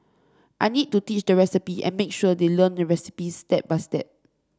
I need to teach the recipe and make sure they learn the recipes step by step